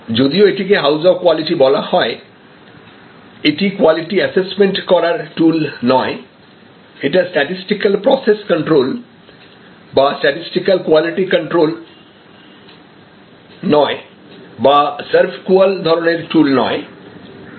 যদিও এটিকে house of quality বলা হয় এটা কোয়ালিটি অ্যাসেসমেন্ট করার টুল নয় এটা স্ট্যাটিসটিক্যাল প্রসেস কন্ট্রোল বা স্ট্যাটিসটিক্যাল কোয়ালিটি কন্ট্রোল নয় বা সার্ভকুয়াল ধরনের টুল নয় এটা আসলে হচ্ছে একটা ডিজাইন টুল